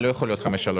התקבלה.